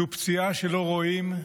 זו פציעה שלא רואים,